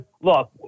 look